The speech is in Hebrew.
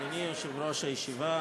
אדוני יושב-ראש הישיבה,